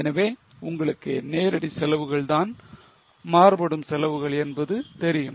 எனவே உங்களுக்கு நேரடி செலவுகள் தான் மாறுபடும் செலவுகள் என்பது தெரியும்